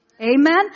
Amen